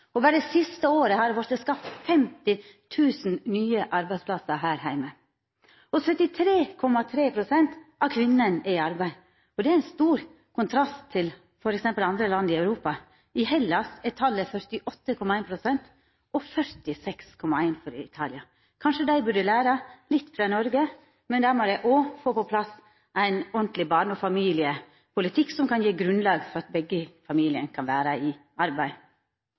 Berre det siste året har det vorte skapt 50 000 nye arbeidsplassar her heime. 73,3 pst. av kvinnene er i arbeid. Det er ein stor kontrast til f.eks. andre land i Europa; i Hellas er talet 48,1 pst. og i Italia 46,1 pst. Kanskje dei burde læra litt av Noreg, men da må dei òg få på plass ein ordentleg barne- og familiepolitikk som kan gje grunnlag for at begge i familien kan vera i arbeid.